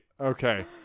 okay